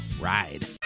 ride